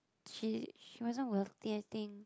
she she wasn't wealthy I think